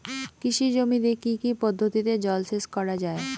কৃষি জমিতে কি কি পদ্ধতিতে জলসেচ করা য়ায়?